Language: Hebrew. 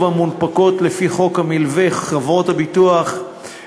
המונפקות לפי חוק המלווה (חברות הביטוח),